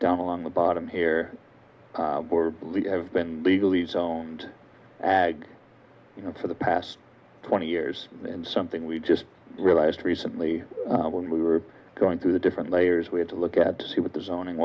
down along the bottom here have been legally zoned ag for the past twenty years and something we just realized recently when we were going through the different layers we had to look at to see what the zoning